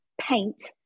paint